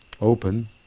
open